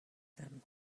them